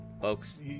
folks